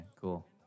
cool